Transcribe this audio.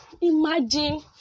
imagine